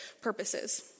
purposes